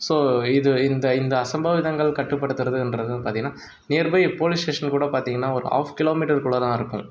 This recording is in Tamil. ஸோ இது இந்த இந்த அசம்பாவிதங்கள் கட்டுப்படுத்துறதுன்றதும் பார்த்திங்கனா நியர்பை போலீஸ் ஸ்டேஷன் கூட பார்த்திங்கனா ஒரு ஹாஃப் கிலோ மீட்டருக்குள்ளே தான் இருக்கும்